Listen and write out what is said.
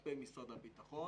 ת"פ משרד הביטחון,